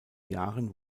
jahren